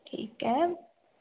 ठीक आहे